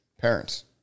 parents